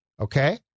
Okay